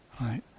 right